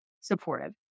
supportive